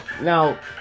Now